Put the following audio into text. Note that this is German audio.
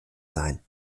sein